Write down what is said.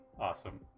awesome